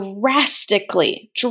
Drastically